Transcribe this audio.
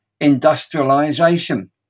industrialization